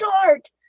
start